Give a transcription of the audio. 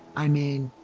i mean.